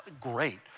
great